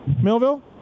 Millville